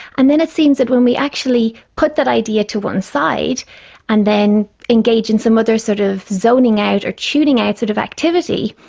and then it seems that when we actually put that idea to one side and then engage in some other sort of zoning out or tuning out sort of activity,